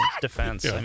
defense